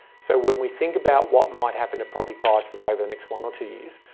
so when we think about what might happen to property prices over the next one or two years,